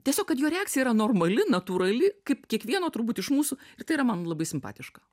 tiesiog kad jo reakcija yra normali natūrali kaip kiekvieno turbūt iš mūsų ir tai yra man labai simpatiška